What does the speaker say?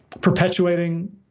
perpetuating